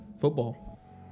Football